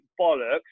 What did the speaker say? bollocks